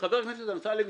חבר הכנסת אמסלם,